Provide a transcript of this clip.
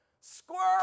squirrel